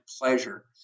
pleasure